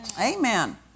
Amen